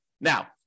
Now